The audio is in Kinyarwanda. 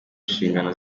nshingano